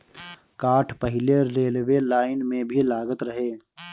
काठ पहिले railway line में भी लागत रहे